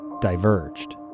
diverged